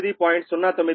09 volt అంటే 0